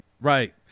Right